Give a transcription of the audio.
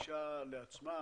גיבשה לעצמה